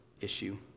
issue